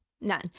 None